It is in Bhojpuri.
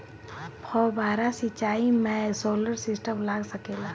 फौबारा सिचाई मै सोलर सिस्टम लाग सकेला?